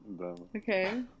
Okay